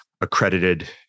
accredited